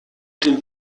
dem